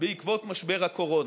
בעקבות משבר הקורונה.